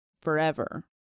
forever